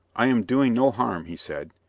i am doing no harm, he said,